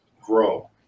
grow